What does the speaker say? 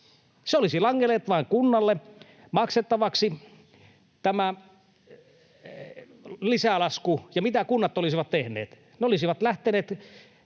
olisi langennut vain kunnille maksettavaksi, ja mitä kunnat olisivat tehneet? Ne olisivat — niin